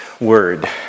word